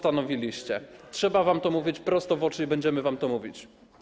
Trzeba wam to mówić prosto w oczy i będziemy wam to mówić.